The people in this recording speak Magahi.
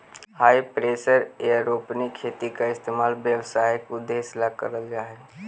हाई प्रेशर एयरोपोनिक खेती का इस्तेमाल व्यावसायिक उद्देश्य ला करल जा हई